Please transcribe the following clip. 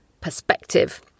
perspective